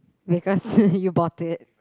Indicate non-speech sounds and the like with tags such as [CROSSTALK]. because [LAUGHS] you bought it